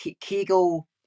Kegel